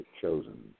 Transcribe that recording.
chosen